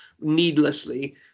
needlessly